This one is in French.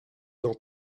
dans